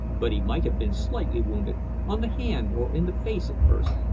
but he might have been slightly wounded on the hand, or in the face at first,